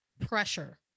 pressure